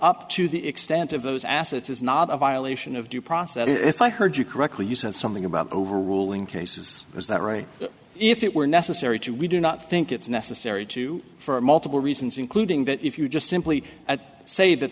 up to the extent of those assets is not a violation of due process if i heard you correctly you said something about overruling cases is that right if it were necessary to we do not think it's necessary to for multiple reasons including that if you just simply at say that